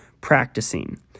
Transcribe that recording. practicing